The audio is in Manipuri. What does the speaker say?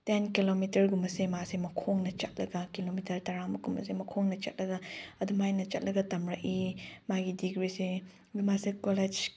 ꯇꯦꯟ ꯀꯤꯂꯣꯃꯤꯇꯔꯒꯨꯝꯕꯁꯦ ꯃꯥꯁꯦ ꯃꯈꯣꯡꯅ ꯆꯠꯂꯒ ꯀꯤꯂꯣꯃꯤꯇꯔ ꯇꯔꯥꯃꯨꯛꯀꯨꯝꯕꯁꯦ ꯃꯈꯣꯡꯅ ꯆꯠꯂꯒ ꯑꯗꯨꯃꯥꯏꯅ ꯆꯠꯂꯒ ꯇꯝꯂꯛꯏ ꯃꯥꯒꯤ ꯗꯤꯒ꯭ꯔꯤꯁꯦ ꯑꯗꯨ ꯃꯥꯁꯦ ꯀꯣꯂꯦꯖ